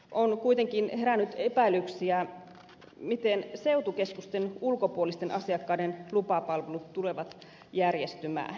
on kuitenkin herännyt epäilyksiä miten seutukeskusten ulkopuolisten asiakkaiden lupapalvelut tulevat järjestymään